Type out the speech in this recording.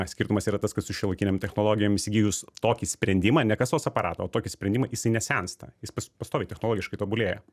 skirtumas yra tas kad su šiuolaikinėm technologijom įsigijus tokį sprendimą ne kasos aparatą o tokį sprendimą jisai nesensta jis pas pastoviai technologiškai tobulėja